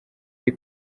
ari